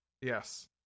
Yes